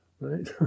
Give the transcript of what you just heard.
right